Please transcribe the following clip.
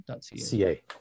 Ca